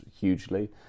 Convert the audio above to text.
hugely